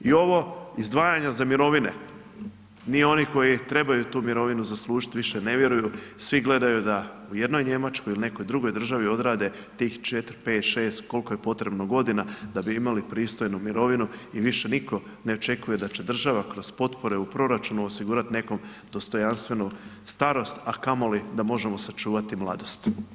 I ovo izdvajanja za mirovine, ni oni koji trebaju tu mirovinu zaslužiti, više ne vjeruju, svi gledaju u jednoj Njemačkoj ili nekoj državi odrade tih 4, 5, 6, koliko je potrebno godina da bi imali pristojnu mirovinu i više nitko ne očekuje da će država kroz potpore u proračunu osigurati nekom dostojanstvenu starost, a kamoli da možemo sačuvati mladost.